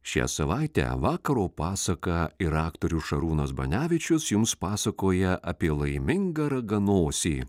šią savaitę vakaro pasaka ir aktorius šarūnas banevičius jums pasakoja apie laimingą raganosį